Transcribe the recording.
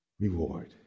Reward